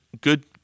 good